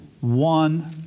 one